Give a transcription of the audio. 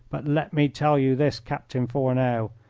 but let me tell you this, captain fourneau,